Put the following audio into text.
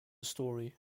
story